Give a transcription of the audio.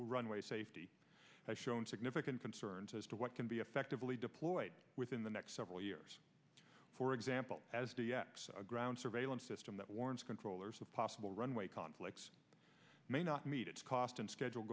runway safety has shown significant concerns as to what can be effectively deployed within the next several years for example as the ground surveillance system that warns controllers of possible runway conflicts may not meet its cost and schedule